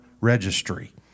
Registry